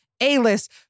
A-list